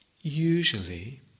Usually